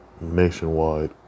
nationwide